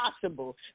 possible